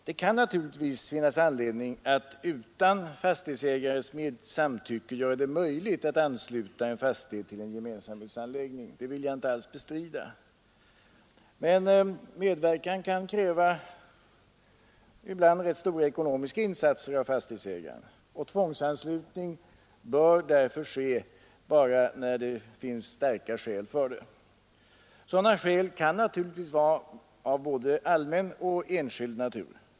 Det kan naturligtvis finnas anledning att utan fastighetsägarens samtycke göra det möjligt att ansluta en fastighet till en gemensamhetsanläggning. Det vill jag inte alls bestrida. Medverkan kan emellertid ibland kräva ganska stora ekonomiska insatser av fastighetsägaren. Tvångsanslutning bör därför ske endast när starka skäl talar för det. Sådana skäl kan naturligtvis vara av både allmän och enskild natur.